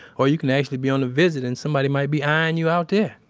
or you can actually be on a visit and somebody might be eyeing you out there.